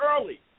early